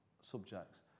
subjects